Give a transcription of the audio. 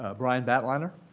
ah brian batliner.